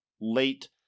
late